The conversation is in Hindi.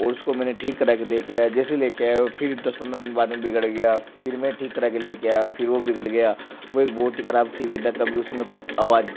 और उसको मैंने ठीक करा कर लेकर आया जैसे ही लेकर आया फिर दस पंद्रह दिन बाद में बिगड़ गया फिर मैं ठीक करा के लेकर आया फिर वह बिगड़ गया वह एक बहुत ही ख़राब टी वी था कभी उसमें आवाज़